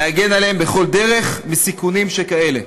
להגן עליהם בכל דרך מסיכונים שכאלה.